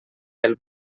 del